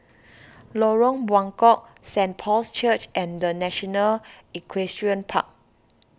Lorong Buangkok Saint Paul's Church and the National Equestrian Park